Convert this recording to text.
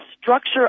structure